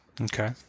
Okay